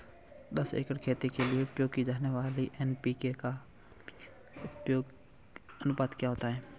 दस एकड़ खेती के लिए उपयोग की जाने वाली एन.पी.के का अनुपात क्या होगा?